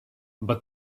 but